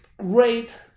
great